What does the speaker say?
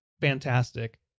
fantastic